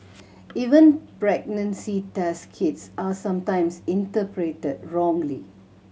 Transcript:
even pregnancy test kits are sometimes interpreted wrongly